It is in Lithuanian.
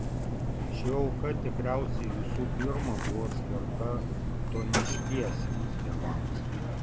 ši auka tikriausiai visų pirma buvo skirta chtoniškiesiems dievams